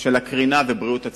של הקרינה ובריאות הציבור.